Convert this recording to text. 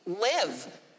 live